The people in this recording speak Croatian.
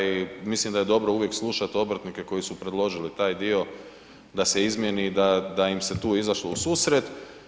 I mislim da je dobro uvijek slušati obrtnike koji su predložili taj dio da se izmjeni i da im se tu izašlo u susret.